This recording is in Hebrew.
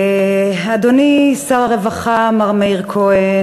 אדוני שר הרווחה מר מאיר כהן,